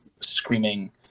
screaming